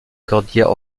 cordillère